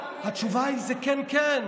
החמוצים החדשים, וזה כבר כואב.